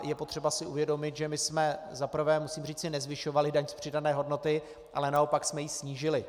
Je potřeba si uvědomit, že jsme za prvé, musím říci, nezvyšovali daň z přidané hodnoty, ale naopak jsme ji snížili.